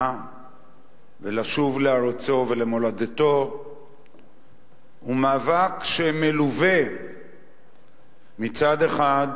ולשוב לארצו ולמולדתו הוא מאבק שמלווה מצד אחד